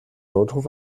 notruf